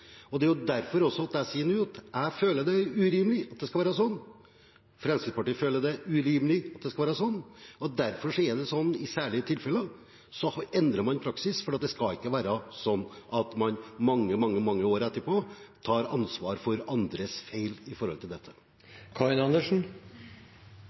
er urimelig at det skal være sånn, Fremskrittspartiet føler det er urimelig at det skal være sånn, og derfor er det sånn at man i særlige tilfeller endrer praksis – det skal ikke være sånn at man mange, mange år etterpå må ta ansvar for andres feil når det gjelder dette. Hvis det er Fremskrittspartiets og regjeringens mening, er det veldig rart at ingen av disse argumentene har kommet fram verken i regjeringens brev til